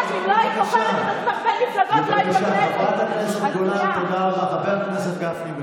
חברת הכנסת גולן, חברת הכנסת גולן.